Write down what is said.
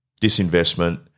disinvestment